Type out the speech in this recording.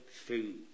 food